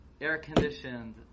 air-conditioned